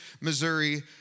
Missouri